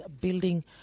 building